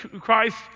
Christ